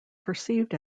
perceived